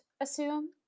assume